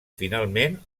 finalment